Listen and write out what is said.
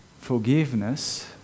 forgiveness